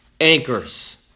anchors